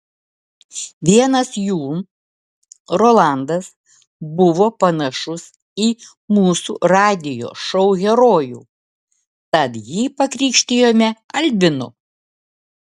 vienas jų rolandas buvo panašus į mūsų radijo šou herojų tad jį pakrikštijome albinu